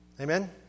Amen